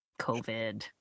COVID